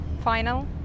final